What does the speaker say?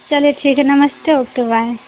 चलिए ठीक है नमस्ते ओके बाइ